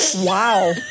Wow